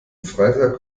freitag